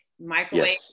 microwave